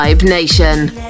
Nation